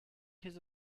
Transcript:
his